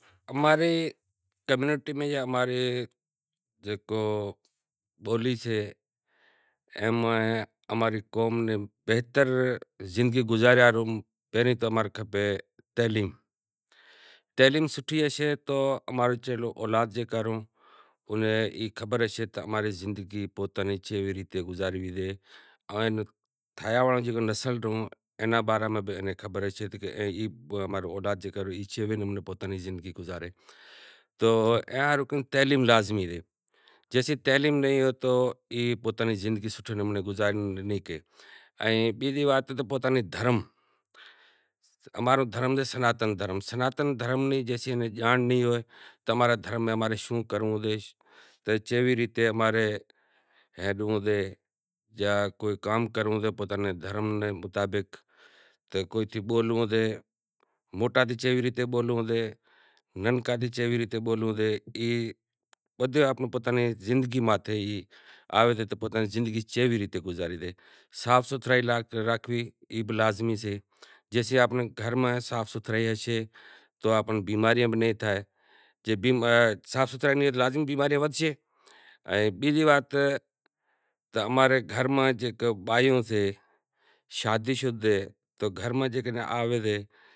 اماں ری کمیونٹی میں اماں ری جکو بولی سے اماں نیں بہتر زندگی گزاریا ہاروں پہریاں تو کھپے تعلیم، تعلیم جے سوٹھی اہے تو اماں رو اولاد اہناں ای خبر ہوشے کہ اماں ری زندگی کیوی ریت گزاری پوتاں نیں زندگی کیوی ریت گزاری آن تھینڑ واڑو زکو نسل سے اینا باراں میں بھی خبر ہوشے کہ اماں نا موٹا کیوی زندگی گزاریں، بیزی وات سے دھرم اماں نو سناتن سے دھرم نی امیں جانڑ ہوئنڑ کھپے۔ موٹاں نوں چیوی ریت بولنڑو سے ننچاں سوں چیوی ریت بولنڑو سے اماں ناں زندگی چیوی ریت گزارنڑی سے صاف ستھرائی راکھنوی ای بھی لازمی سے، زے صاف ستھرائی نیں راکھشاں تو لازمی بیماریاں ودھشیں۔